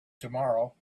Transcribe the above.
tomorrow